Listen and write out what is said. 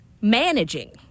managing